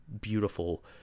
beautiful